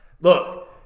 look